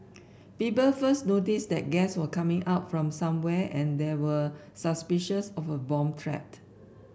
people first noticed that gas was coming out from somewhere and there were suspicions of a bomb threat